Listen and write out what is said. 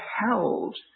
held